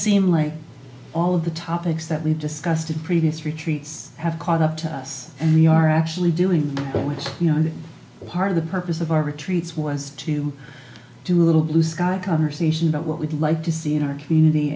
seem like all of the topics that we've discussed in previous retreats have caught up to us and we are actually doing bill which part of the purpose of our retreats was to do a little blue sky conversation about what we'd like to see in our community